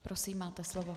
Prosím, máte slovo.